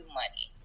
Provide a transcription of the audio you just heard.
money